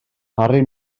harri